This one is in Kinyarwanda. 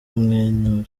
kumwenyura